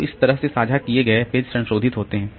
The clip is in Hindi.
तो इस तरह से साझा किए गए पेज संशोधित होते हैं